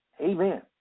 Amen